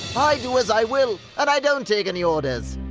i do as i will! and i don't take any orders.